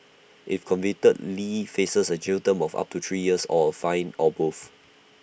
if convicted lee faces A jail term of up to three years or A fine or both